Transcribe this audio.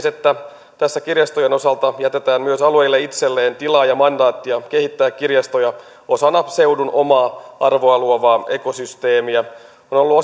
että kirjastojen osalta jätetään myös alueille itselleen tilaa ja mandaattia kehittää kirjastoja osana seudun omaa arvoa luovaa ekosysteemiä on ollut